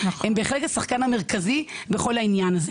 הן בהחלט השחקן המרכזי בכל העניין הזה